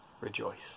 rejoice